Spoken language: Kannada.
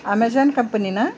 ಅಮೆಝಾನ್ ಕಂಪನಿನಾ